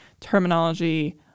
terminology